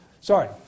Sorry